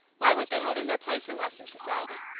why weren't they holding their place in weston society,